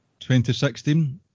2016